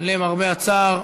למרבה הצער,